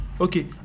okay